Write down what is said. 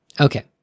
Okay